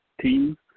team